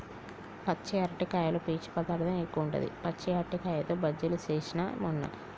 పచ్చి అరటికాయలో పీచు పదార్ధం ఎక్కువుంటది, పచ్చి అరటికాయతో బజ్జిలు చేస్న మొన్న